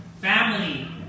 family